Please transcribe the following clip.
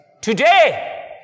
Today